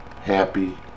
happy